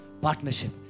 Partnership